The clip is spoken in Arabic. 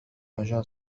مجال